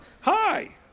Hi